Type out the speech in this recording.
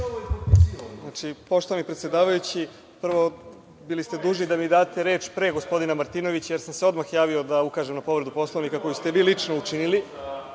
Nogo** Poštovani predsedavajući, prvo, bili ste dužni da mi date reč pre gospodina Martinovića, jer sam se odmah javio da ukažem na povredu Poslovnika koju ste vi lično učinili,